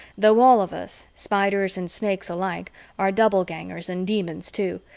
though all of us spiders and snakes alike are doublegangers and demons too,